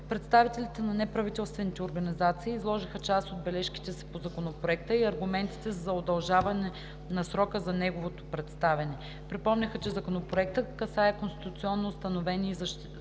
Представителите на неправителствените организации изложиха част от бележките си по законопроекта и аргументите си за удължаване на срока за неговото представяне. Припомниха, че законопроектът касае конституционно установени и защитени